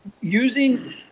using